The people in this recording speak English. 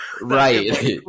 Right